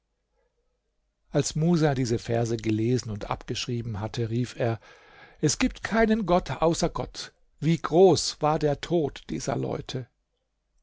als musa diese verse gelesen und abgeschrieben hatte rief er es gibt keinen gott außer gott wie groß war der tod dieser leute